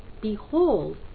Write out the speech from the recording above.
behold